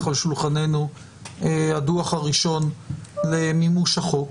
על שולחננו הדוח הראשון למימוש החוק.